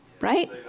Right